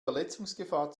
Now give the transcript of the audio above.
verletzungsgefahr